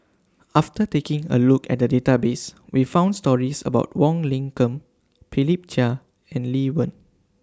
after taking A Look At The Database We found stories about Wong Lin Ken Philip Chia and Lee Wen